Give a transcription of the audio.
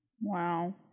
Wow